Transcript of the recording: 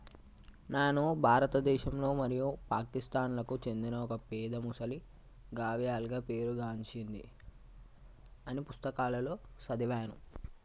నాను భారతదేశంలో మరియు పాకిస్తాన్లకు చెందిన ఒక పెద్ద మొసలి గావియల్గా పేరు గాంచింది అని పుస్తకాలలో సదివాను